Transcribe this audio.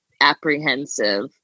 apprehensive